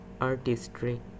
artistry